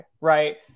right